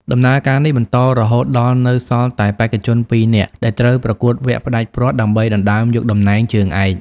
ដំណើរការនេះបន្តរហូតដល់នៅសល់តែបេក្ខជនពីរនាក់ដែលត្រូវប្រកួតវគ្គផ្ដាច់ព្រ័ត្រដើម្បីដណ្ដើមយកតំណែងជើងឯក។